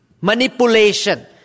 manipulation